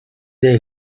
dai